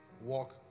walk